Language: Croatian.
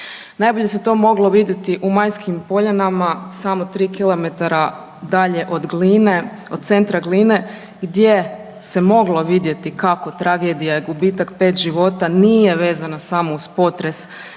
Najbolje se to moglo vidjeti u Majskim poljanama samo tri kilometra dalje od centra Gline gdje se moglo vidjeti kako tragedija i gubitak pet života nije vezana samo uz potres